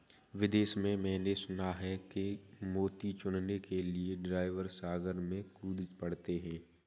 विदेश में मैंने सुना है कि मोती चुनने के लिए ड्राइवर सागर में कूद पड़ते हैं